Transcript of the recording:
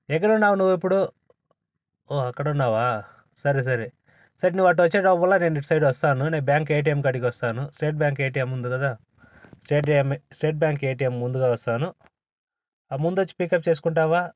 ఎక్కడున్నావు నువ్వు ఇప్పుడు ఓ అక్కడున్నవా సరే సరే సరే నువ్వు అటు వచ్చే మళ్ళా నేను ఇటు సైడ్ వస్తాను నేను బ్యాంక్ ఏటీఎం కాడికి వస్తాను స్టేట్ బ్యాంక్ ఏటీఎం ఉంది కదా సేట్ స్టేట్ బ్యాంక్ ఏటీఎం ముందుగా వస్తాను ఆ ముందు వచ్చి పికప్ చేసుకుంటావా